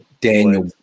Daniel